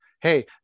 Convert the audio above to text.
hey